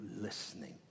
listening